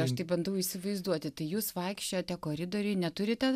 aš tai bandau įsivaizduoti tai jūs vaikščiojate koridoriuj neturite